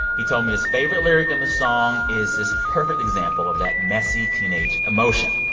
he told me his favorite lyric in the song is this perfect example of that messy, teenage emotion,